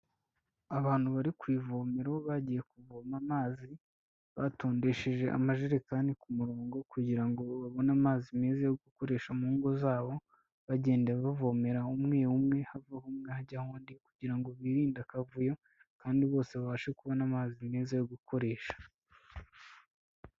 Abantu bari ku ivomero bagiye kuvoma amazi, batondesheje amajerekani ku murongo kugira ngo babone amazi meza yo gukoresha mu ngo zabo, bagenda bavomera umwe umwe, havaho umwe hajyaho undi kugira ngo birinde akavuyo kandi bose babashe kubona amazi meza yo gukoresha.